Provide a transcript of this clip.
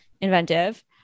inventive